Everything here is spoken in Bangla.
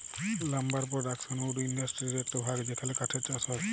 লাম্বার পোরডাকশন উড ইন্ডাসটিরির একট ভাগ যেখালে কাঠের চাষ হয়